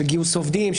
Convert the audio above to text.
גיוס עובדים,